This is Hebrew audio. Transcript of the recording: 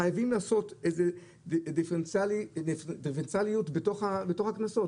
חייבים לעשות דיפרנציאליות בתוך הקנסות,